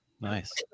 Nice